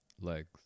legs